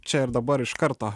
čia ir dabar iš karto